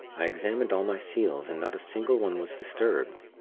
i examined all my seals, and not a single one was disturbed.